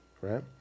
right